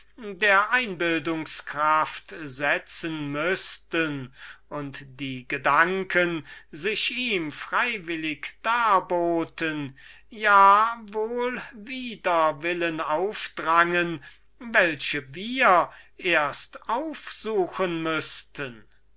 der einbildungs-kraft setzen müßten und die gedanken sich ihm freiwillig darboten ja wohl wider willen aufdrängen welche wir erst aufsuchen müßten